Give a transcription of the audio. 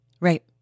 Right